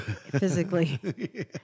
Physically